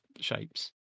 shapes